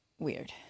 weird